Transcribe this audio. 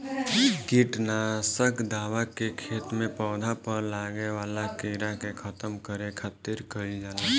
किट नासक दवा के खेत में पौधा पर लागे वाला कीड़ा के खत्म करे खातिर कईल जाला